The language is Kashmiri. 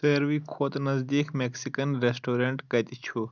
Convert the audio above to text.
ساروی کھۄتہٕ نزدیٖک میکسیکَن رٮ۪سٹوٛرنٛٹ کَتہِ چھُ